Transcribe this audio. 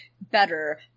better